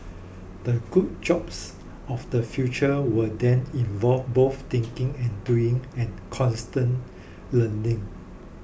the good jobs of the future will then involve both thinking and doing and constant learning